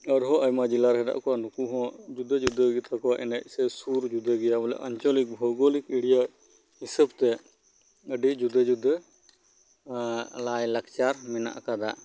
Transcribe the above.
ᱟᱨ ᱦᱚᱸ ᱟᱭᱢᱟ ᱡᱮᱞᱟ ᱨᱮ ᱢᱮᱱᱟᱜ ᱠᱟᱜ ᱠᱚᱣᱟ ᱱᱩᱠᱩ ᱦᱚᱸ ᱡᱩᱫᱟᱹ ᱡᱩᱫᱟᱹ ᱜᱮᱛᱟ ᱠᱚᱣᱟ ᱮᱱᱮᱡ ᱥᱮ ᱥᱩᱨ ᱦᱚᱸ ᱡᱩᱫᱟᱹ ᱜᱮᱭᱟ ᱵᱚᱞᱮ ᱟᱧᱪᱚᱞᱤᱠ ᱵᱷᱳᱣᱜᱚᱞᱤᱠ ᱮᱨᱤᱭᱟ ᱨᱮ ᱦᱤᱥᱟᱹᱵᱽ ᱛᱮ ᱟᱰᱤ ᱡᱩᱫᱟᱹ ᱡᱩᱫᱟᱹ ᱞᱟᱭ ᱞᱟᱠᱪᱟᱨ ᱢᱮᱱᱟᱜ ᱠᱟᱫᱟ